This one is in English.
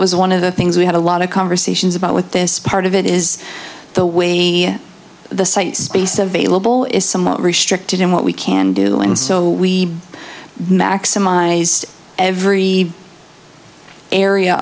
was one of the things we had a lot of conversations about with this part of it is the way the site space available is somewhat restricted in what we can do and so we maximize every area